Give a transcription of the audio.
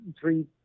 three